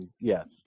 yes